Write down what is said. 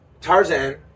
Tarzan